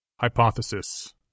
Hypothesis